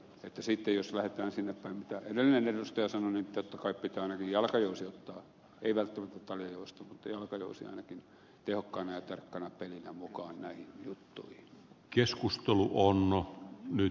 sitten jos lähdetään sinnepäin mitä edellinen edustaja sanoi niin totta kai pitää ainakin jalkajousi ottaa ei välttämättä taljajousta mutta jalkajousi ainakin tehokkaana ja tarkkana pelinä mukaan näihin juttuihin